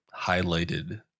highlighted